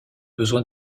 besoin